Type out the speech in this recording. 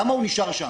למה הוא נשאר שם?